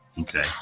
Okay